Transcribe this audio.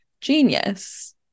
genius